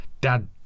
dad